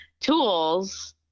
tools